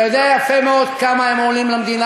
אתה יודע יפה מאוד כמה הם עולים למדינה,